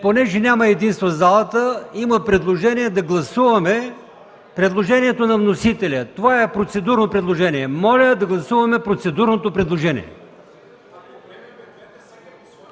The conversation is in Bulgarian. Понеже няма единство в залата, има предложение да гласуваме предложението на вносителя. Това е процедурно предложение. Моля да гласуваме процедурното предложение.